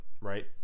right